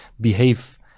behave